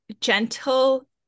gentle